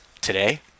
Today